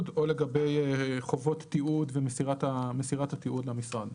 או לגבי חובות תיעוד ומסירת התיעוד למשרד.